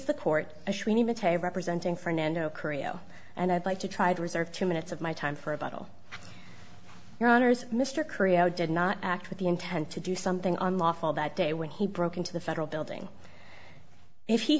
court representing fernando korea and i'd like to try to reserve two minutes of my time for a battle your honour's mr korea did not act with the intent to do something on lawful that day when he broke into the federal building if he